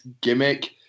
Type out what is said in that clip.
gimmick